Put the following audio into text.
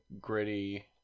Gritty